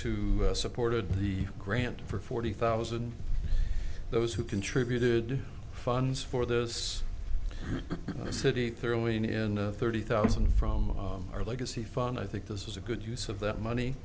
who supported the grant for forty thousand those who contributed funds for this city throwing in thirty thousand from our legacy fund i think this is a good use of that money